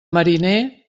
mariner